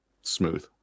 smooth